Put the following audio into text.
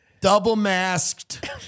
double-masked